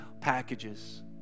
packages